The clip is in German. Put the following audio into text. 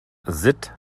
sitt